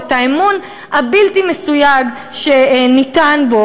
ואת האמון הבלתי-מסויג שניתן בו.